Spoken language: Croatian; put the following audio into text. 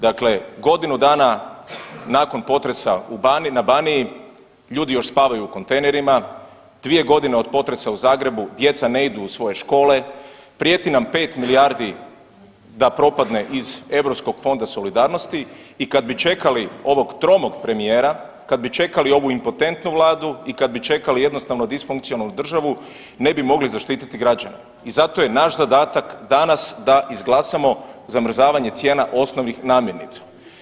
Dakle, godinu dana nakon potresa u Baniji, na Baniji, ljudi još spavaju u kontejnerima, 2 godine od potresa u Zagrebu djeca ne idu u svoje škole, prijeti na 5 milijardi da propadne iz Europskog fonda solidarnosti i kad bi čekali ovog tromog premijera, kad bi čekali ovu impotentnu Vladu i kad bi čekali jednostavno disfunkcionalnu državu, ne bi mogli zaštititi građane i zato je naš zadatak danas da izglasamo zamrzavanje cijena osnovnih namirnica.